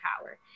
power